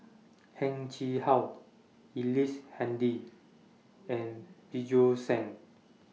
Heng Chee How Ellice Handy and Bjorn Shen